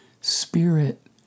Spirit